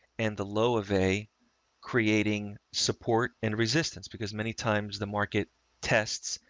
and the low of a creating support and resistance, because many times the market tests,